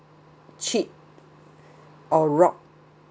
cheat or rock